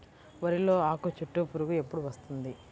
వరిలో ఆకుచుట్టు పురుగు ఎప్పుడు వస్తుంది?